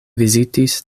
vizitis